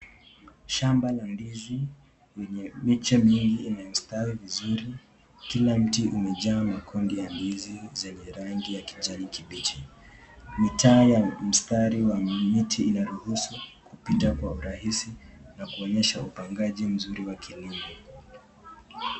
Shamba la ndizi lenye, miche mingi, imestawi vizuri kula mti umejaa makundi ya ndizi yenye rangi ya kijani kibichi, mitaa ya mistari ya miti inaruhusu kupita kwa urahisi na kuonyesha upangaji mzuri wa kilimo.